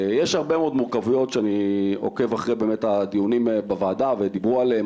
יש הרבה מאוד מורכבויות שאני עוקב אחרי הדיונים בוועדה ודיברו עליהם,